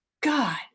God